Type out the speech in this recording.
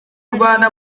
rwanda